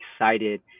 excited